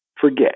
forget